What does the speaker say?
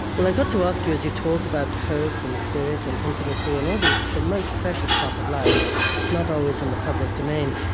well, i've got to ask you, as you talk about hope and spirit and intimacy, and all these the most precious stuff of life that's not always in the public domain,